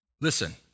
Listen